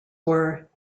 were